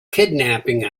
kidnapping